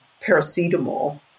paracetamol